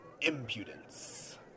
impudence